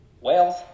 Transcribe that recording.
Wales